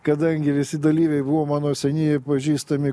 kadangi visi dalyviai buvo mano seni pažįstami